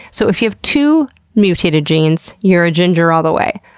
so, if you have two mutated genes, you're a ginger all the way.